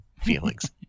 feelings